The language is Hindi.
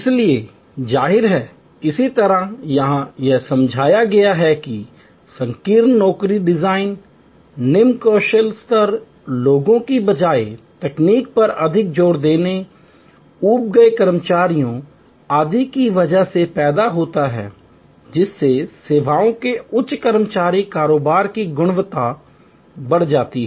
इसलिए जाहिर है इसी तरह यहां यह समझाया गया है कि यह संकीर्ण नौकरी डिजाइन निम्न कौशल स्तर लोगों के बजाय तकनीक पर अधिक जोर देने ऊब गए कर्मचारियों आदि की वजह से पैदा होता है जिससे सेवाओं के उच्च कर्मचारी कारोबार की गुणवत्ता बढ़ जाती है